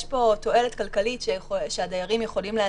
יש פה תועלת כלכלית שהדיירים יכולים להשיג,